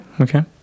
okay